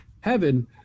heaven